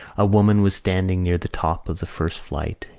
a woman was standing near the top of the first flight,